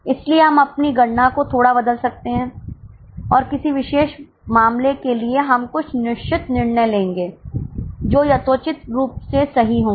इसलिए हम अपनी गणना को थोड़ा बदल सकते हैं और किसी विशेष मामले के लिए हम कुछ निश्चित निर्णय लेंगे जो यथोचित रूप से सही होंगे